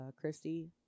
Christy